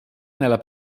nella